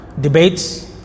Debates